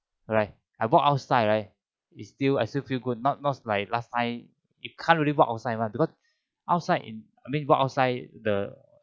alright I walk outside right is still I still feel good not like last time you can't really walk outside [one] because outside in I mean walk outside the